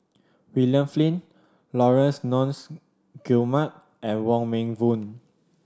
William Flint Laurence Nunns Guillemard and Wong Meng Voon